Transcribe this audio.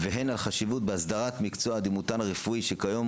על החשיבות בהסדרת מקצוע הדימותן הרפואי שכיום